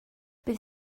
bydd